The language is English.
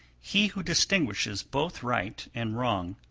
he who distinguishes both right and wrong,